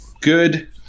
good